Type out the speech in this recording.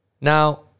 Now